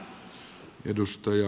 arvoisa puhemies